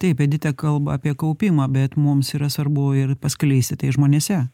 taip edita kalba apie kaupimą bet mums yra svarbu ir paskleisti tai žmonėse